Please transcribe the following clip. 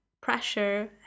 pressure